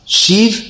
shiv